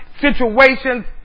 situations